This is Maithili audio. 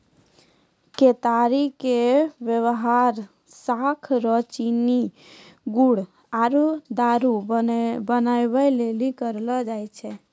केतारी के वेवहार खास रो चीनी गुड़ आरु दारु बनबै लेली करलो जाय छै